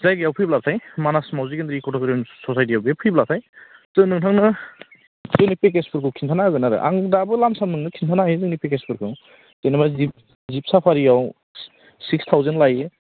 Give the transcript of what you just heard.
जायगायाव फैब्लाथाय मानास मावजि गेन्द्रि इक' टुरिजिम ससायटि बेयाव फैब्लाथाय जों नोंथांनो जोंनि पेकेजफोरखौ खिन्थाना होगोन आं दाबो लाम साम नोंनो खिन्थानो हायो जोंनि फेकेजफोरखौ जेनोबा जिप जिप साफारियाव सिक्स थावसेन्ड लायो